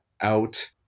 out